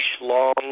long